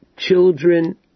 children